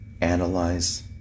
Analyze